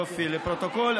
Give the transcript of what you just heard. יופי, לפרוטוקול.